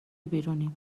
بیرونیم